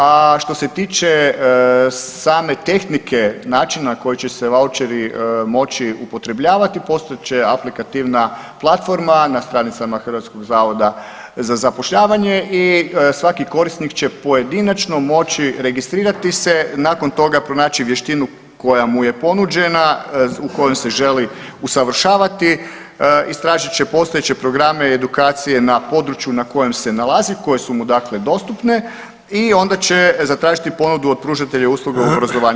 A što se tiče same tehničke, načina na koji će se vaučeri moći upotrebljavati postojat će aplikativna platforma na stranicama HZZ-a i svaki korisnik će pojedinačno moći registrirati se, nakon toga pronaći vještinu koja mu je ponuđena, u kojoj se želi usavršavati, istražit će postojeće programe edukacije na području na kojem se nalazi koje su mu dakle dostupne i onda će zatražiti ponudu od pružatelja usluga u obrazovanju.